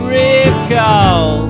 recall